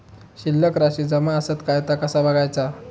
शिल्लक राशी जमा आसत काय ता कसा बगायचा?